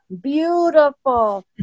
beautiful